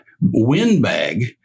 windbag